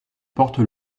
porte